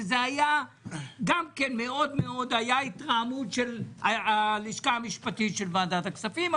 שהייתה התרעמות של הלשכה המשפטית של ועדת הכספים.